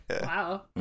Wow